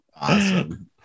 Awesome